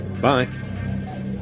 Bye